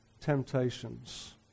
temptations